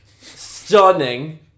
stunning